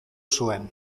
zuen